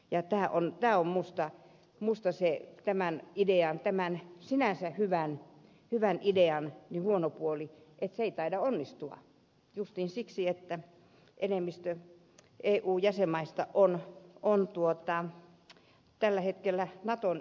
ja tää on tää on musta musta se että tämän idean tämän sinänsä hyvän idean huono puoli on se että se ei taida onnistua justiin siksi että enemmistö eu jäsenmaista on tällä hetkellä naton jäseniä